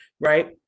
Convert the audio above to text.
right